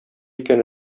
икән